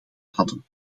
hadden